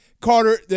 Carter